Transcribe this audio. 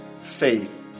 faith